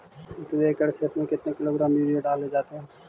दू एकड़ खेत में कितने किलोग्राम यूरिया डाले जाते हैं?